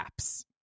apps